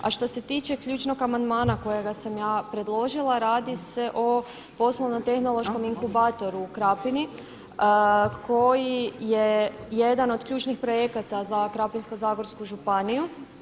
A što se tiče ključnog amandmana kojega sam ja predložila radi se o poslovno tehnološkom inkubatoru u Krapini koji je jedan od ključnih projekata za Krapinsko-zagorsku županiju.